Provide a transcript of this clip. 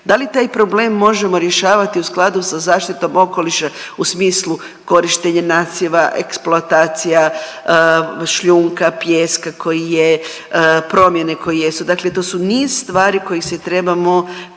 da li taj problem možemo rješavati u skladu sa zaštitom okoliša u smislu korištenja nasjeva, eksploatacija šljunka, pijeska koji je promjene koje jesu, dakle to su niz stvari kojih se trebamo